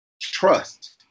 trust